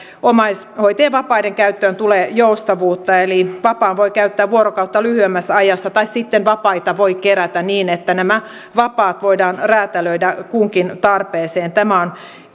omaishoitajien vapaiden käyttöön tulee joustavuutta eli vapaan voi käyttää vuorokautta lyhyemmässä ajassa tai sitten vapaita voi kerätä niin että nämä vapaat voidaan räätälöidä kunkin tarpeeseen tämä on